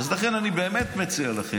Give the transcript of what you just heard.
לכן אני מציע לכם,